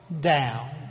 down